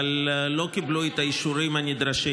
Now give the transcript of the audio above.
אבל לא קיבלו את האישורים הנדרשים,